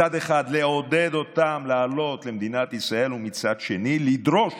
מצד אחד לעודד אותם לעלות למדינת ישראל ומצד שני לדרוש